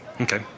Okay